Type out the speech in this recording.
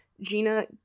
Gina